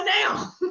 now